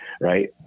Right